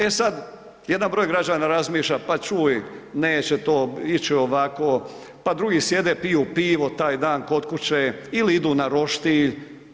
E sad, jedan broj građana razmišlja pa čuj neće to ići ovako, pa drugi sjede piju pivo taj dan kod kuće ili idu na roštilj.